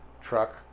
truck